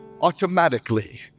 automatically